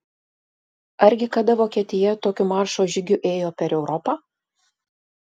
argi kada vokietija tokiu maršo žygiu ėjo per europą